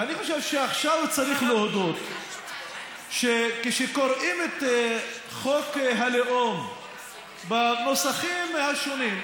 ואני חושב שעכשיו צריך להודות שכשקוראים את חוק הלאום בנוסחים השונים,